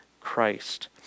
Christ